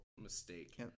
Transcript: mistake